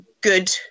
good